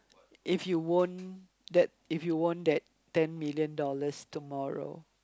if you won that if you won that ten million dollars tomorrow